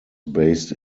based